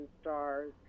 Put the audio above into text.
stars